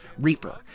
Reaper